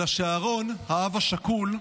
אלא שאהרן, האב השכול,